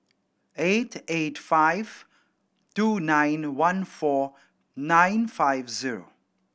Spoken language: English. eight eight five two nine one four nine five zero